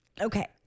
Okay